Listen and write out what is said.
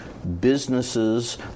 businesses